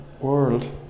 world